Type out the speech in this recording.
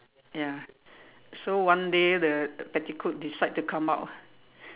ya so one day the petticoat decide to come out ah